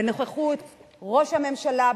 בנוכחות ראש הממשלה,